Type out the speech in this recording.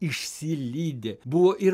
išsilydė buvo ir